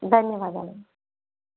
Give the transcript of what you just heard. ధన్యవాదాలు